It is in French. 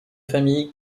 familles